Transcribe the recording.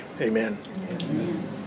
Amen